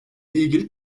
ilgili